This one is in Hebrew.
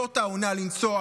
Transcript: זאת העונה לנסוע.